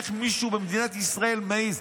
איך מישהו במדינת ישראל מעז?